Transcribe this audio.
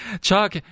Chuck